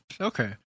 Okay